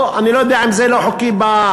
או אני לא יודע אם זה לא חוקי פרופר,